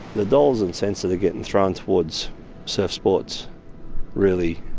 the dollars and cents of the getting thrown towards surf sports really